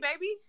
baby